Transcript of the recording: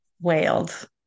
wailed